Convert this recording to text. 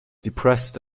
depressed